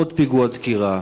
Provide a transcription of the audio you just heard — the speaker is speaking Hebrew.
עוד פיגוע דקירה,